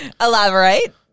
elaborate